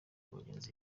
bagenzi